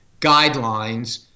guidelines